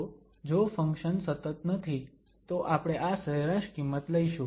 તો જો ફંક્શન સતત નથી તો આપણે આ સરેરાશ કિંમત લઈશું